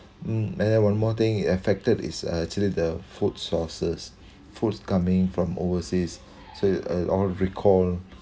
um and then one more thing affected is uh actually the food sources food coming from overseas so it all recalled